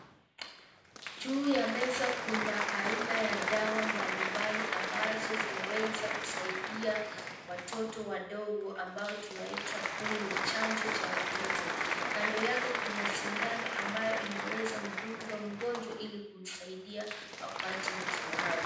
Juu ya kuna aina ya dawa mbalimbali ambazo zinaweza kusaidia watoto wadogo ambao tunaita polio Chanjo cha watoto ,kando yake kuna sindano ambaye inawezamdunga mgonjwa ili aweze kumsaidia apate matibabu .